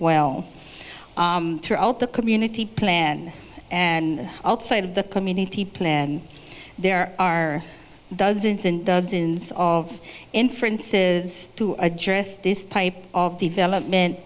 well throughout the community plan and outside of the community plan there are dozens and dozens of inferences to address this type of development